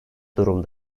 durum